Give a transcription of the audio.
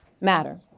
matter